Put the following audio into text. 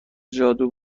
جادو